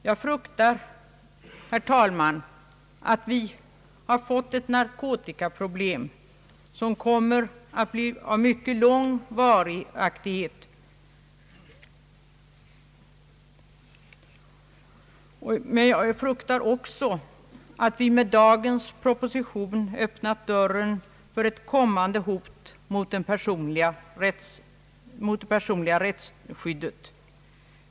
Jag fruktar, herr talman, att vi har fått ett narkotikaproblem som kommer att bli av mycket lång varaktighet, och jag fruktar också att vi med dagens proposition öppnat dörren för ett kommande hot mot det personliga rättsskyddet.